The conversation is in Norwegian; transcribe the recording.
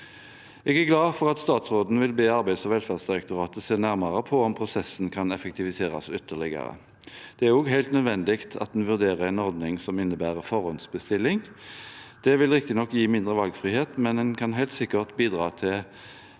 Jeg er glad for at statsråden vil be Arbeids- og velferdsdirektoratet om å se nærmere på om prosessen kan effektiviseres ytterligere. Det er også helt nødvendig at en vurderer en ordning som innebærer forhåndsbestilling. Det vil riktignok gi mindre valgfrihet, men det kan helt sikkert bidra til